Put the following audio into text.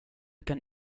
kan